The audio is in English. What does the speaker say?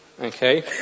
Okay